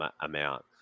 amount